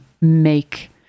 make